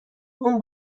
اون